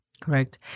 Correct